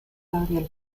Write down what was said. gabriel